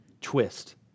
Twist